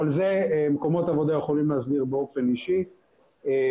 אבל את זה מקומות עבודה יכולים להסדיר באופן אישי ופרטני.